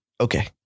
Okay